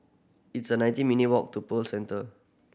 it's a nineteen minute walk to Pearl Centre